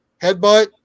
headbutt